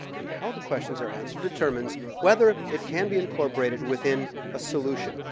and how the questions are answered, determines whether it can be incorporated within a solution.